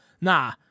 nah